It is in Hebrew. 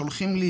שולחים לי.